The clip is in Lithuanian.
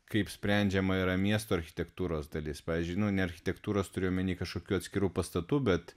kaip sprendžiama yra miesto architektūros dalis pavyzdžiui nu architektūros turiu omeny kažkokių atskirų pastatų bet